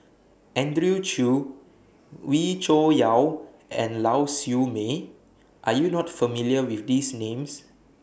Andrew Chew Wee Cho Yaw and Lau Siew Mei Are YOU not familiar with These Names